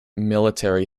military